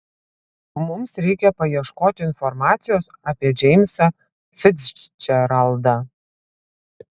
mums reikia paieškoti informacijos apie džeimsą ficdžeraldą